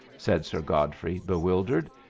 said sir godfrey, bewildered.